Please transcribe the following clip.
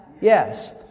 Yes